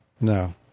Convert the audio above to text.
No